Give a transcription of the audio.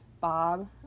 Bob